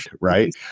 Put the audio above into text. right